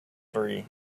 three